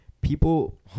people